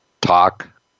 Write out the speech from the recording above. talk